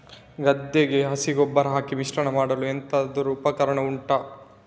ಗದ್ದೆಗೆ ಹಸಿ ಗೊಬ್ಬರ ಹಾಕಿ ಮಿಶ್ರಣ ಮಾಡಲು ಎಂತದು ಉಪಕರಣ ಉಂಟು?